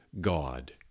God